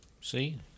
See